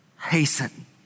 Hasten